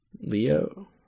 leo